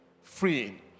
freeing